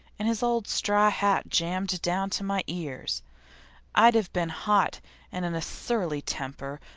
and his old straw hat jammed down to my ears i'd have been hot and in a surly temper,